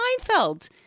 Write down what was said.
seinfeld